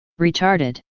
retarded